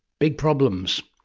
big problems.